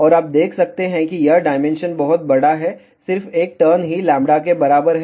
और आप देख सकते हैं कि यह डायमेंशन बहुत बड़ा है सिर्फ एक टर्न ही λ के बराबर है